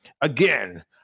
Again